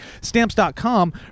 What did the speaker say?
Stamps.com